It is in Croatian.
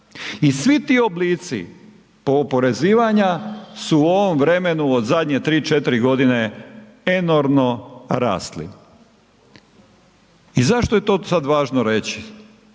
I svi ti oblici oporezivanja su u ovom vremenu od zadnje tri, četiri godine enormno rasli. I zašto je to sada važno reći?